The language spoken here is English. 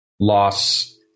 loss